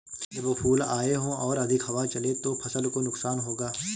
जब फूल आए हों और अधिक हवा चले तो फसल को नुकसान होगा?